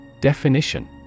Definition